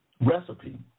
recipe